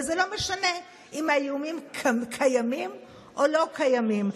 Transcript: וזה לא משנה אם האיומים קיימים או לא קיימים.